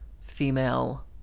female